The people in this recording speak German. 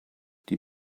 die